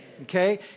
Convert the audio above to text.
Okay